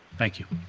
thank you.